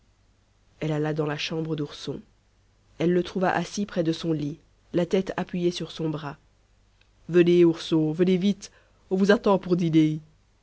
elle alla dans la chambre d'ourson elle le trouva assis près de son lit la tête appuyée sur son bras venez ourson venez vite on vous attend pour dîner